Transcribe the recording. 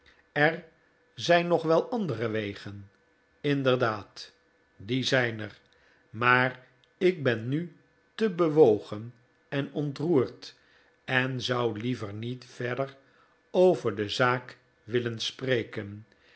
er zijn nog wel andere wegen inderdaad die zijn er maar ik ben nu te bewogen en ontroerd en zou liever niet verder over de zaak willen spreken